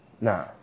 Nah